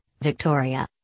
Victoria